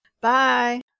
Bye